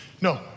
No